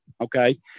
okay